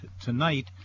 tonight